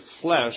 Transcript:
flesh